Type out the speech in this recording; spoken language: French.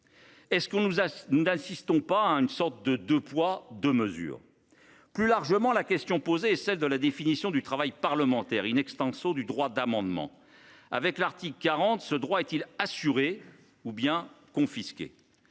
est possible. N’assistons nous pas à un « deux poids, deux mesures »? Plus largement, la question posée est celle de la définition du travail parlementaire et,, du droit d’amendement. Avec l’article 40, ce droit est il assuré ou bien confisqué ?